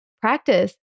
practice